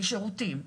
של שירותים.